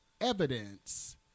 evidence